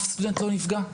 אף סטודנט לא נפגע?